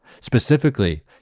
Specifically